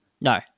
No